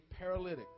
paralytic